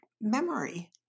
memory